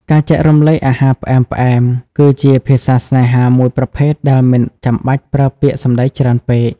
ការចែករំលែកអាហារផ្អែមៗគឺជាភាសាស្នេហាមួយប្រភេទដែលមិនចាំបាច់ប្រើពាក្យសម្តីច្រើនពេក។